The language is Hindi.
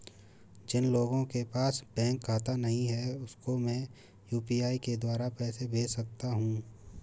जिन लोगों के पास बैंक खाता नहीं है उसको मैं यू.पी.आई के द्वारा पैसे भेज सकता हूं?